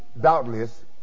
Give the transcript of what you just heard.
doubtless